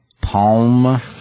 Palma